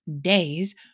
days